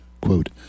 quote